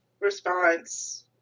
response